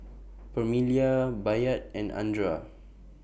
Permelia Bayard and Andra